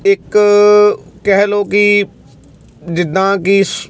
ਇੱਕ ਕਹਿ ਲਓ ਕਿ ਜਿੱਦਾਂ ਕਿ ਸ